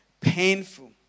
painful